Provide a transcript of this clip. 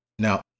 Now